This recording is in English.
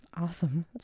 Awesome